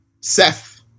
Seth